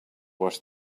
wash